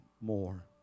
more